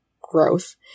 growth